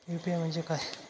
UPI म्हणजे काय?